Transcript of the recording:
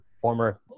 former